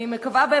יש לך טעות, עליזה.